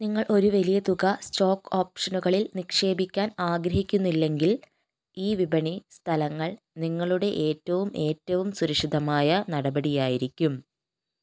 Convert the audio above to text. നിങ്ങൾ ഒരു വലിയ തുക സ്റ്റോക്ക് ഓപ്ഷനുകളിൽ നിക്ഷേപിക്കാൻ ആഗ്രഹിക്കുന്നില്ലെങ്കിൽ ഈ വിപണി സ്ഥലങ്ങൾ നിങ്ങളുടെ ഏറ്റവും ഏറ്റവും സുരക്ഷിതമായ നടപടിയായിരിക്കും